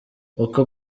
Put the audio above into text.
uko